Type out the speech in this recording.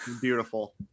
Beautiful